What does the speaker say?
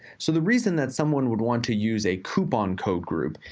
so the reason that someone would want to use a coupon code group,